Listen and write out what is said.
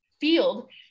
field